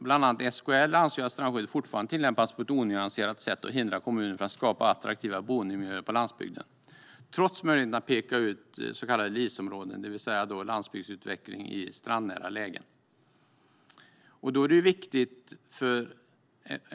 Bland andra SKL anser att strandskyddet fortfarande tillämpas på ett onyanserat sätt och hindrar kommuner från att skapa attraktiva boendemiljöer på landsbygden, trots möjligheten att peka ut så kallade LIS-områden, det vill säga landsbygdsutveckling i strandnära lägen.